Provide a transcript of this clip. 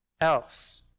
else